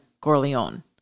Corleone